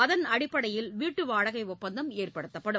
அதன் அடிப்படையில் வீட்டு வாடகை ஒப்பந்தம் ஏற்படுத்தப்படும்